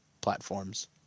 platforms